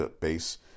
base